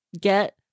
get